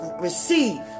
receive